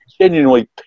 genuinely